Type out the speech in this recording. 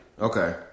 Okay